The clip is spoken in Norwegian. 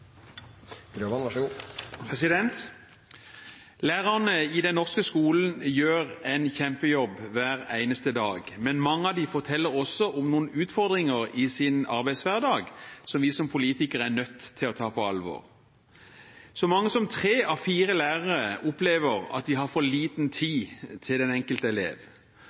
Lærerne i den norske skolen gjør en kjempejobb hver eneste dag, men mange av dem forteller også om noen utfordringer i sin arbeidshverdag som vi som politikere er nødt til å ta på alvor. Så mange som tre av fire lærere opplever at de har for liten tid til den enkelte elev.